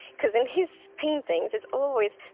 because in his paintings, it's always,